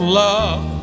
love